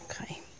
okay